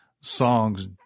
songs